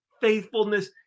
faithfulness